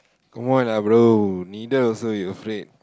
come on ah bro needle also you afraid